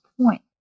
point